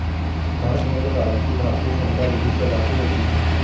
भारत में ऋण गारंटी भारतीय संविदा विदी से लागू होती है